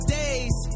days